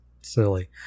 silly